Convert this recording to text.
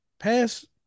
Pass